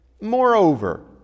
moreover